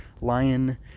lion